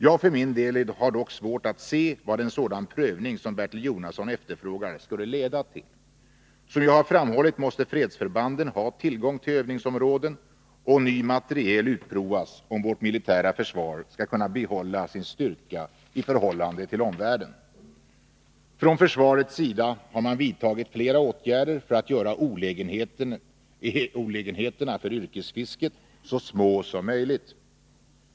Jag för min del har svårt att se vad en sådan prövning som Bertil Jonasson efterfrågar skulle leda till. Som jag har framhållit måste fredsförbanden ha tillgång till övningsområden och ny materiel utprovas om vårt militära försvar skall kunna behålla sin styrka i förhållande till omvärlden. Från förvarets sida har man vidtagit flera åtgärder för att göra olägenheterna för yrkesfisket så små som möjligt.